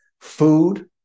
food